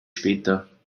später